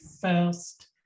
first